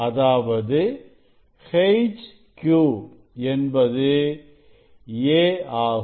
அதாவது HQ என்பது a ஆகும்